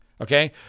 okay